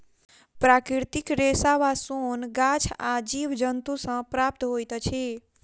प्राकृतिक रेशा वा सोन गाछ आ जीव जन्तु सॅ प्राप्त होइत अछि